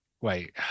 Wait